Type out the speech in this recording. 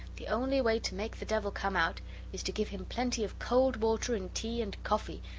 the only way to make the devil come out is to give him plenty of cold water and tea and coffee,